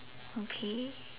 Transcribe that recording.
okay